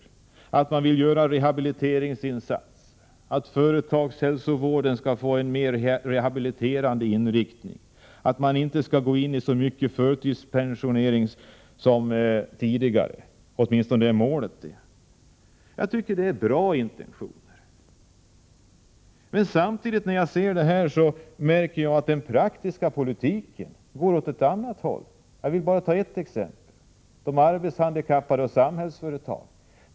Det är positivt att man vill göra rehabiliteringsinsatser, att företagshälsovården skall få en mer rehabiliterande inriktning och att man inte skall ta till förtidspensionering i så stor utsträckning som tidigare — det är åtminstone målet. Jag tycker det är bra intentioner. Men när jag ser detta märker jag samtidigt att den praktiska politiken går åt ett annat håll. Jag vill ta ett exempel: de arbetshandikappade och Samhällsföretag.